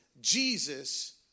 Jesus